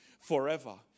forever